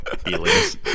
feelings